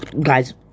guys